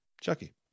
Chucky